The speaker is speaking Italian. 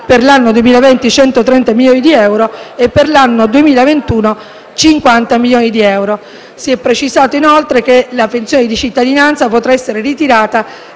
per l'anno 2019, 130 milioni di euro per l'anno 2020 e 50 milioni di euro per l'anno 2021. Si è precisato inoltre che la pensione di cittadinanza potrà essere ritirata